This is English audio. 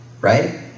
right